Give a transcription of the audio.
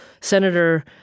Senator